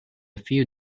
few